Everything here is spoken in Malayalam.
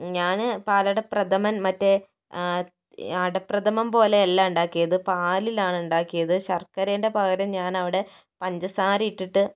ഞാന് പാലട പ്രധമൻ മറ്റേ അടപ്രധമൻ പോലെ അല്ല ഉണ്ടാക്കിയത് പാലിലാണ് ഉണ്ടാക്കിയത് ശർക്കരയിൻ്റെ പകരം ഞാൻ അവിടെ പഞ്ചസാര ഇട്ടിട്ട്